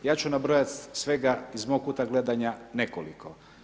Ja ću nabrojati svega iz mog kuta gledanja nekoliko.